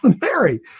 Mary